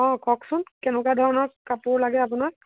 অঁ কওকচোন কেনেকুৱা ধৰণৰ কাপোৰ লাগে আপোনাক